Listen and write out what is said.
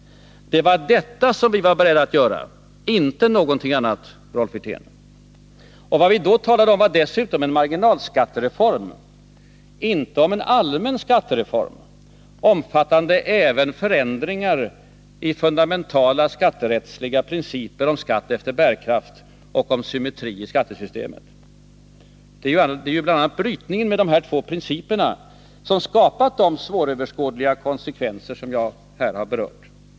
Det var detta som vi var beredda att göra — inte någonting annat, Rolf Wirtén. Vad vi då talade om var dessutom en marginalskattereform, inte en allmän skattereform, omfattande även förändringar av fundamentala skatterättsliga principer om skatt efter bärkraft och om symmetri i skattesystemet. Det är bl.a. brytningen med de två principerna som skapat de svåröverskådliga konsekvenser som jag här har berört.